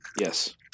Yes